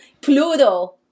Pluto